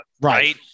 right